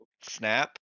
Snap